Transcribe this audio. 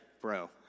bro